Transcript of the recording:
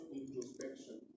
introspection